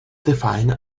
define